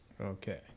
Okay